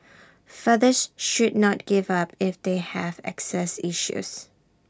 fathers should not give up if they have access issues